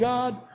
God